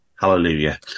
Hallelujah